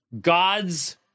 God's